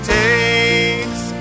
takes